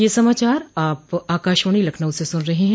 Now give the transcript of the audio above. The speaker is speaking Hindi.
ब्रे क यह समाचार आप आकाशवाणी लखनऊ से सुन रहे हैं